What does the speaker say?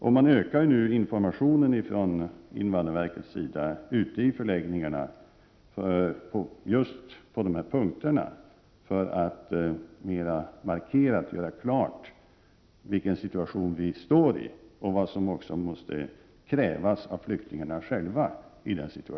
Ute på förläggningarna håller invandrarverket nu på att öka informationen på dessa punkter och markerar och gör klart vilken situation vi nu står i och vad som krävs av flyktingarna själva.